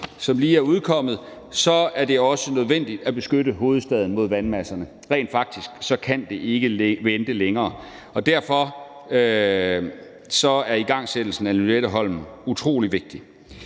som lige er udkommet, er det også nødvendigt at beskytte hovedstaden mod vandmasserne. Rent faktisk kan det ikke vente længere. Derfor er igangsættelsen af Lynetteholmen utrolig vigtig.